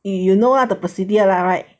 you you know ah the procedure lah right